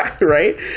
Right